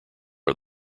are